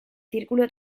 círculo